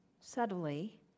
subtly